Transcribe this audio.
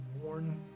worn